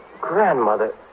Grandmother